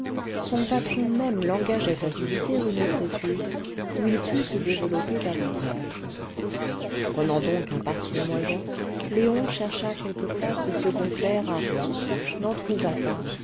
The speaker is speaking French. son patron même l'engageait à visiter une autre étude où il pût se développer davantage prenant donc un parti moyen léon chercha quelque place de second clerc à rouen n'en trouva pas